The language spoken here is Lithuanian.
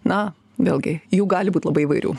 na vėlgi jų gali būt labai įvairių